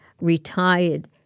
retired